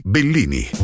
Bellini